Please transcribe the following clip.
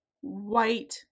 white